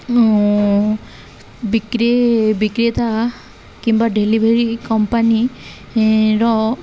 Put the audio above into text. ବିକ୍ରି ବିକ୍ରେତା କିମ୍ବା ଡେଲିଭେରି କମ୍ପାନୀ ର